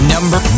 Number